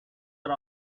are